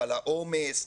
על העומס,